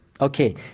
Okay